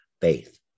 faith